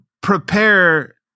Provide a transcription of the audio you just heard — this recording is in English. prepare